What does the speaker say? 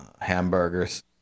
hamburgers